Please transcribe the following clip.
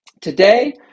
Today